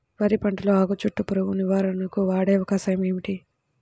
వరి పంటలో ఆకు చుట్టూ పురుగును నివారణకు వాడే కషాయం ఏమిటి?